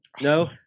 No